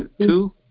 Two